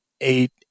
eight